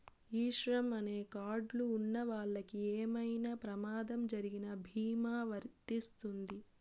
ఈ శ్రమ్ అనే కార్డ్ లు ఉన్నవాళ్ళకి ఏమైనా ప్రమాదం జరిగిన భీమా వర్తిస్తుంది